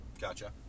Gotcha